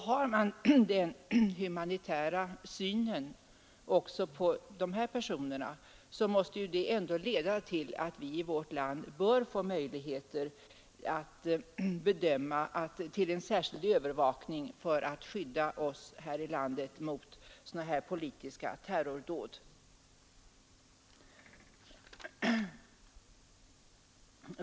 Har man den humanitära synen också på presumtiva terrorister måste det dock leda till att vi tillskapar möjligheter till särskild övervakning för att förebygga politiska terrordåd.